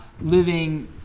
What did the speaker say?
living